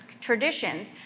traditions